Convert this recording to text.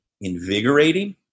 invigorating